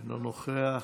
אינו נוכח.